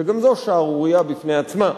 שגם זו שערורייה בפני עצמה,